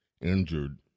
injured